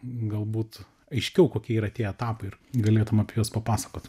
galbūt aiškiau kokie yra tie etapai ir galėtum apie juos papasakot